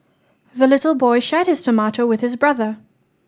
the little boy shared his tomato with his brother